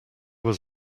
was